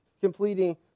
completing